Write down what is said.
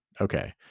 Okay